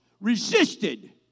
resisted